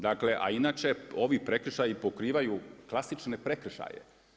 Dakle a inače ovi prekršaji pokrivaju klasične prekršaje.